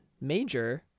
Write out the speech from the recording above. major